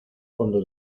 fondo